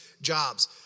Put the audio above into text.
jobs